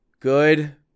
Good